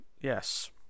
Yes